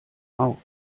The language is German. auf